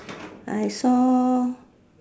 I saw